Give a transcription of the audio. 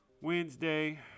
Wednesday